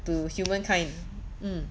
to humankind mm